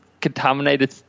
contaminated